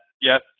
Yes